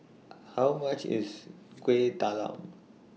How much IS Kuih Talam